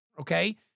okay